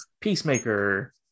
Peacemaker